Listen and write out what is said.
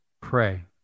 pray